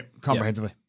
Comprehensively